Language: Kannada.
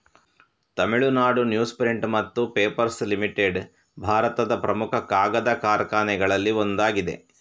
ತಮಿಳುನಾಡು ನ್ಯೂಸ್ ಪ್ರಿಂಟ್ ಮತ್ತು ಪೇಪರ್ಸ್ ಲಿಮಿಟೆಡ್ ಭಾರತದ ಪ್ರಮುಖ ಕಾಗದ ಕಾರ್ಖಾನೆಗಳಲ್ಲಿ ಒಂದಾಗಿದೆ